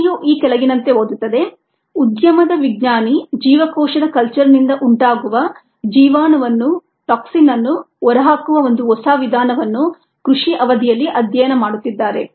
ಪ್ರಶ್ನೆಯು ಈ ಕೆಳಗಿನಂತೆ ಓದುತ್ತದೆ ಉದ್ಯಮದ ವಿಜ್ಞಾನಿ ಜೀವಕೋಶದ ಕಲ್ಚರ್ ನಿಂದ ಉಂಟಾಗುವ ಜೀವಾಣು ವನ್ನು ಹೊರಹಾಕುವ ಒಂದು ಹೊಸ ವಿಧಾನವನ್ನು ಕೃಷಿ ಅವಧಿಯಲ್ಲಿ ಅಧ್ಯಯನ ಮಾಡುತ್ತಿದ್ದಾರೆ